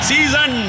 Season